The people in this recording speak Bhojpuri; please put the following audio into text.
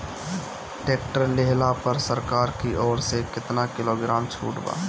टैक्टर लिहला पर सरकार की ओर से केतना किलोग्राम छूट बा?